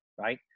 Right